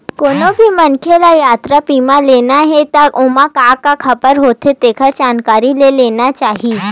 कोनो भी मनखे ल यातरा बीमा लेना हे त ओमा का का कभर होथे तेखर जानकारी ले लेना चाही